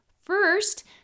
First